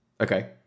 okay